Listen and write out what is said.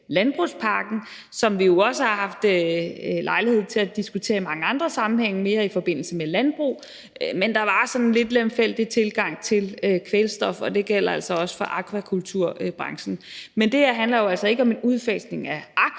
landbrugspakken, som vi også har haft lejlighed til at diskutere i mange andre sammenhænge, mere i forbindelse med landbruget, men der var en lidt lemfældig tilgang til kvælstof, og det gælder altså også for akvakulturbranchen. Men det her handler jo altså ikke om en udfasning af